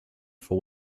for